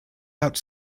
out